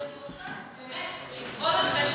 אני רוצה באמת לקבול על זה.